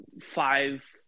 five